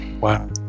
wow